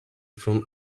from